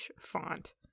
font